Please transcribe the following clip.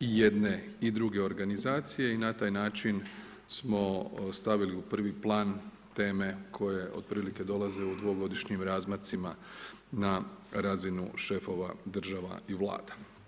i jedne i druge organizacije i na taj način smo stavili u prvi plan teme koje otprilike dolaze u dvogodišnjim razmacima na razinu šefova država i vlada.